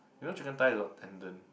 you know chicken thigh is got tendon